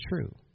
true